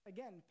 Again